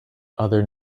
other